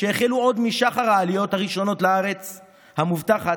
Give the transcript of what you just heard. שהחלו עוד משחר העליות הראשונות לארץ המובטחת,